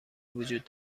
وجود